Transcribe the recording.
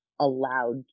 allowed